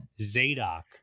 Zadok